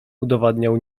udowadniał